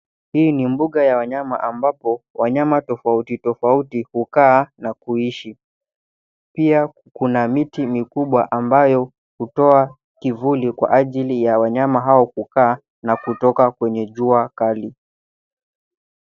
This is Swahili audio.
Hii ni mbuga ya wanyama ambapo wanyama tofautitofauti hukaa na kuishi. Pia kuna miti mikubwa ambayo hutoa kivuli kwa ajili ya wanyama hao kukaa na kutoka kwenye jua kali.